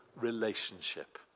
relationship